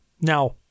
Now